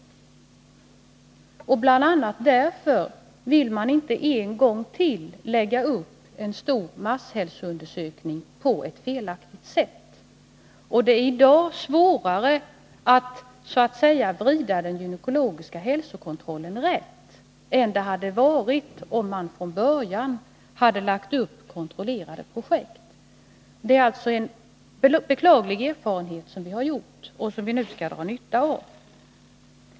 Bl. a. därför vill man inte en gång till lägga upp en stor masshälsoundersökning på ett felaktigt sätt. Det är i dag svårare att så att säga vrida den gynekologiska hälsokontrollen rätt än det skulle ha varit om man från början lagt upp kontrollerade projekt. Det är alltså en beklaglig erfarenhet som vi har gjort och som vi nu skall dra nytta av.